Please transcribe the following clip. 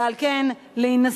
ועל כן להינשא,